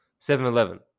7-Eleven